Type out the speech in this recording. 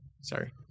Sorry